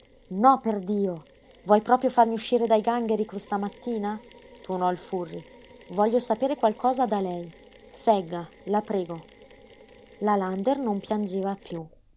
morto no perdio vuoi proprio farmi uscire dai gangheri questa mattina tuonò il furri voglio sapere qualcosa da lei segga la prego la lander non piangeva piú